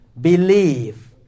Believe